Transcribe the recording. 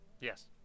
Yes